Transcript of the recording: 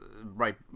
Right